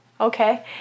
Okay